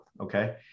Okay